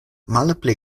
malpli